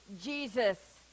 Jesus